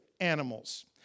animals